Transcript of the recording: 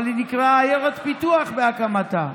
אבל היא נקראה עיירת פיתוח בהקמתה.